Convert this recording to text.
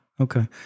Okay